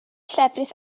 llefrith